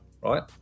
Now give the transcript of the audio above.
right